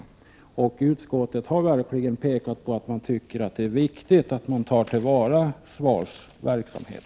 Utskottet har verkligen pekat på att det anser att det är viktigt att man tar till vara SVAR:s verksamhet.